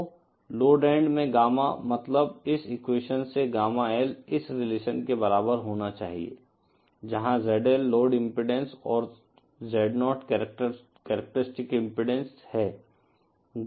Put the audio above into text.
तो load end में गामा मतलब इस एक्वेशन से गामा L इस रिलेशन के बराबर होना चाहिए जहां ZL लोड इम्पीडेन्स और Z0 करेक्टरस्टिक्स इम्पीडेन्स है